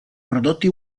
prodotti